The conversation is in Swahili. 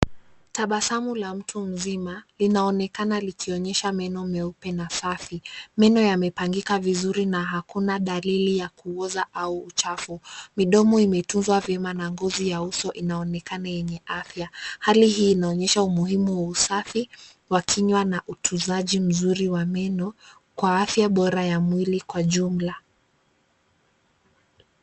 Tabasamu la mtu mzima linaonekana likionyesha meno meupe na safi, meno yamepangika vizuri na hakuna dalili ya kuoza au uchafu, midomo imetunzwa vyema na ngozi ya uso inaonekana yenye afya, hali hii inaonyesha umuhimu wa usafi, wa kinywa na utunzaji mzuri wa meno, kwa afya bora ya mwili kwa jumla.